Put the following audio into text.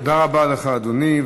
תודה רבה לך, אדוני.